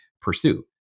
pursue